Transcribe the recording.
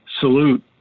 salute